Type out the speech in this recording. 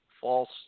False